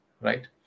right